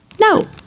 No